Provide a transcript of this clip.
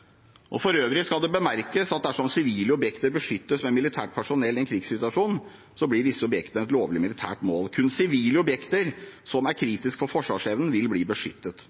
stridsevne. For øvrig skal det bemerkes at dersom sivile objekter beskyttes med militært personell i en krigssituasjon, blir disse objektene et lovlig militært mål. Kun sivile objekter som er kritiske for forsvarsevnen, vil bli beskyttet.